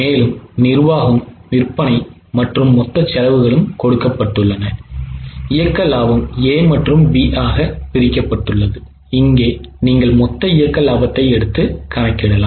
மேலும் நிர்வாகம் விற்பனை மற்றும் மொத்த செலவுகளும் கொடுக்கப்பட்டுள்ளன இயக்க லாபம் A மற்றும் B ஆக பிரிக்கப்பட்டுள்ளது இங்கே நீங்கள் மொத்த இயக்க லாபத்தை எடுத்து கணக்கிடலாம்